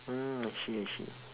mm I see I see